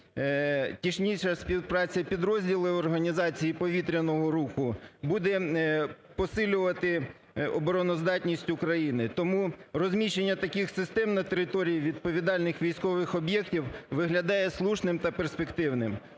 технічна співпраця підрозділів організації повітряного руху буде посилювати обороноздатність України. Тому розміщення таких систем на території відповідальних військових об'єктів виглядає слушним та перспективним.